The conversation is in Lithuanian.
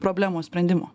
problemos sprendimo